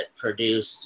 produced